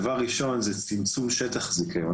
הדבר הראשון הוא צמצום שטח זיכיון.